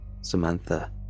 Samantha